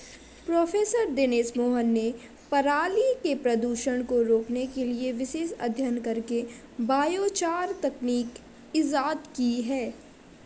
professor Dinesh Mohan ने पराली के प्रदूषण को रोकने के लिए विशेष अध्ययन करके बायोचार तकनीक इजाद की है